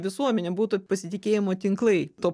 visuomenė būtų pasitikėjimo tinklai tuo